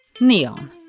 NEON